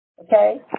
Okay